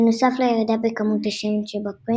בנוסף לירידה בכמות השמן שבפרי,